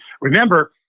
remember